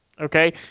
Okay